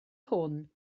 hwn